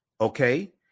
okay